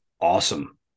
Awesome